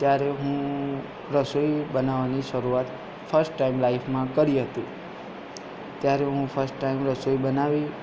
ત્યારે હું રસોઈ બનાવવાની શરૂઆત ફસ્ટ ટાઈમ લાઈફમાં કરી હતી ત્યારે હું ફસ્ટ ટાઈમ રસોઈ બનાવી